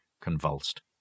convulsed